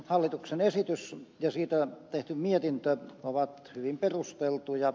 hallituksen esitys ja siitä tehty mietintö ovat hyvin perusteltuja